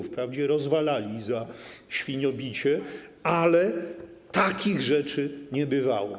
Wprawdzie rozwalali za świniobicie, ale takich rzeczy nie było.